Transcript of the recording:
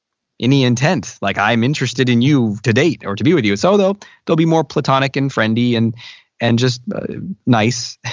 any intent. like i'm interested in you to date or to be with you. so they'll they'll be more platonic and friend-y and and just nice.